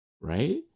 right